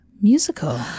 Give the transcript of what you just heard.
musical